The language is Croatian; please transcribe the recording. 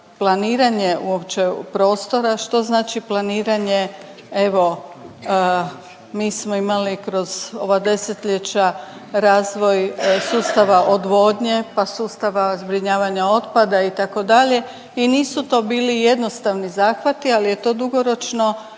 planiranje uopće prostora, što znači planiranje evo mi smo imali kroz ova 10-ljeća razvoj sustava odvodnje, pa sustava zbrinjavanja otpada itd. i nisu to bili jednostavni zahvati, ali je to dugoročno